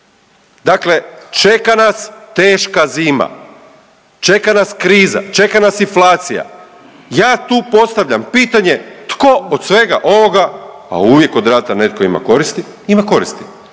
Dakle, čeka nas teška zima, čeka nas kriza, čeka nas inflacija. Ja tu postavljam pitanje tko od svega ovoga, a uvijek od rata netko ima koristi, ima koristi?